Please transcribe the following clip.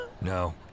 No